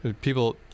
people